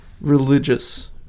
religious